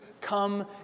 come